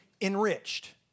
enriched